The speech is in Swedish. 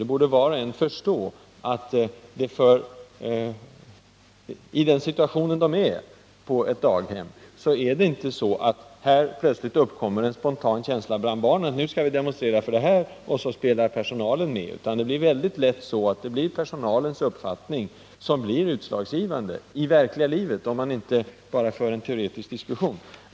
Var och en borde förstå att i den situation som barnen på ett daghem befinner sig i är det inte så, att här uppkommer plötsligt en spontan känsla bland barnen, att nu skall vi demonstrera för detta, och därefter spelar personalen med, utan det är personalens uppfattning som lätt blir utslagsgivande — alltså i verkliga livet, om man inte bara för en teoretisk diskussion.